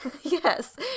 Yes